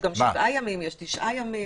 יש גם שבעה ימים, יש תשעה ימים.